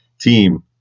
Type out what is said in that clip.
team